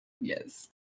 Yes